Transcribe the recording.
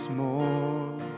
more